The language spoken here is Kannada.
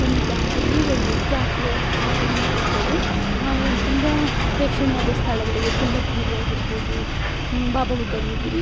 ಸನ್ನಿಧಾನದಲ್ಲಿ ಒಳ್ಳೆ ಜಾತ್ರೆ ಉತ್ಸವಗಳು ನಡೀತವೆ ಅವು ತುಂಬ ಪ್ರೇಕ್ಷಣೀಯವಾದ ಸ್ಥಳಗಳಿವೆ ಕಲ್ಲತ್ಗಿರಿ ಆಗಿರಬೋದು ಬಾಬಾಬುಡನ್ಗಿರಿ